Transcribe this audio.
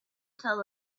tell